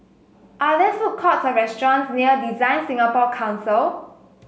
are there food courts or restaurants near DesignSingapore Council